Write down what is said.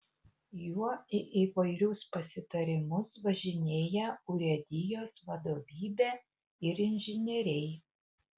juo į įvairius pasitarimus važinėja urėdijos vadovybė ir inžinieriai